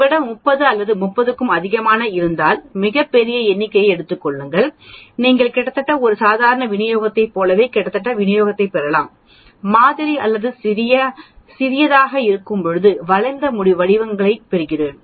உங்களிடம் 30 அல்லது 30 க்கும் அதிகமானவை இருந்தால் மிகப் பெரிய எண்ணிக்கையை எடுத்துக் கொள்ளும்போது நீங்கள் கிட்டத்தட்ட ஒரு சாதாரண விநியோகத்தைப் போலவே கிட்டத்தட்ட விநியோகத்தைப் பெறலாம் மாதிரி அளவு சிறியதாக இருக்கும்போது வளைந்த வடிவத்தை பெறுகிறோம்